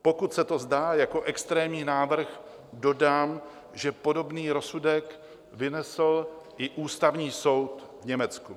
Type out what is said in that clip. Pokud se to zdá jako extrémní návrh, dodám, že podobný rozsudek vynesl i Ústavní soud v Německu.